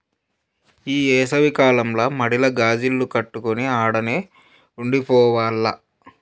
ఈ ఏసవి కాలంల మడిల గాజిల్లు కట్టుకొని ఆడనే ఉండి పోవాల్ల